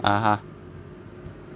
(uh huh)